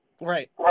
Right